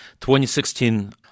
2016